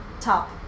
top